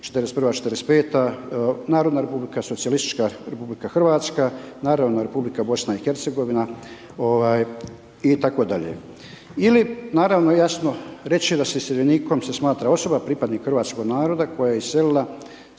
41.-45., Narodna republika, Socijalistička RH, naravno Republika BiH itd. Ili naravno, jasno reći će da se iseljenikom se smatra osoba pripadnik hrvatskog naroda koje je iselila